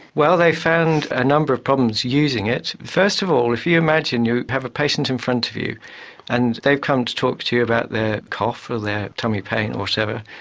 well, they found a number of problems using it. first of all, if you imagine you have a patient in front of you and they've come to talk to you about their cough or their tummy pain or whatever,